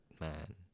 man